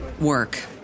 work